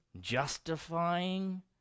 justifying